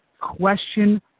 question